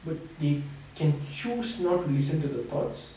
but they can choose not to listen to the thoughts